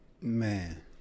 Man